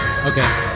Okay